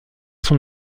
son